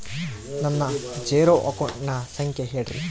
ನನ್ನ ಜೇರೊ ಅಕೌಂಟಿನ ಸಂಖ್ಯೆ ಹೇಳ್ರಿ?